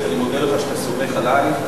אתה אומר שאתה סומך עלי,